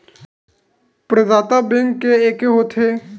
प्रदाता बैंक के एके होथे?